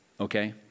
okay